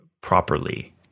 properly